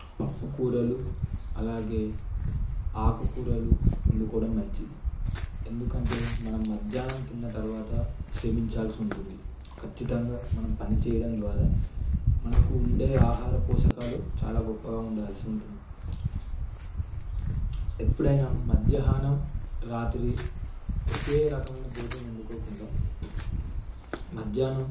పప్పుకూరలు అలాగే ఆకుకూరలు వండుకోవడం మంచిది ఎందుకంటే మనం మధ్యాహ్నం తిన్న తర్వాత శ్రమించాల్సి ఉంటుంది ఖచ్చితంగా మనం పని చేయడం ద్వారా మనకు ఉండే ఆహార పోషకాలు చాలా గొప్పగా ఉండాల్సి ఉంటుంది ఎప్పుడైనా మధ్యాహ్నం రాత్రి ఒకే రకమైన భోజనం వండుకోకుండా మధ్యాహ్నం